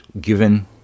given